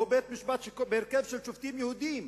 שהוא בית-משפט בהרכב של שופטים יהודים,